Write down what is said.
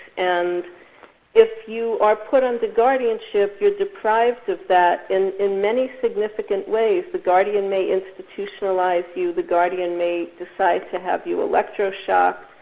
and if you are put um into guardianship you're deprived of that in in many significant ways. the guardian may institutionalise you, the guardian may decide to have you electro shocked.